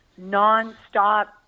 nonstop